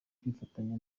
kwifatanya